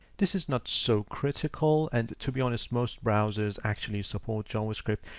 this is not so critical. and to be honest, most browsers actually support javascript.